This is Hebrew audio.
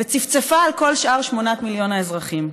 וצפצפה על כל שאר שמונת מיליון האזרחים.